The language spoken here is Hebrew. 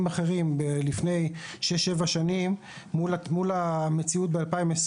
אחרים לפני שש-שבע שנים מול המציאות ב-220.